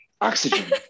oxygen